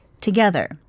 together